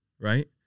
right